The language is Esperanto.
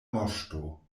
moŝto